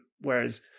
whereas